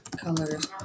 colors